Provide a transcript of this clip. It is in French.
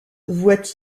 voit